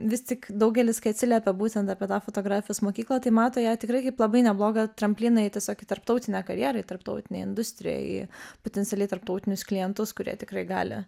vis tik daugelis kai atsiliepia būtent apie tą fotografijos mokyklą tai mato ją tikrai kaip labai neblogą tramplyną į tiesiog į tarptautinę karjerą į tarptautinę industriją į potencialiai tarptautinius klientus kurie tikrai gali